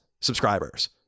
subscribers